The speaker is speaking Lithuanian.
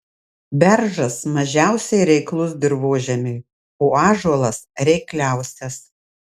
beržas mažiausiai reiklus dirvožemiui o ąžuolas reikliausias